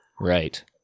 Right